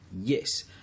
Yes